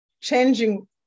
changing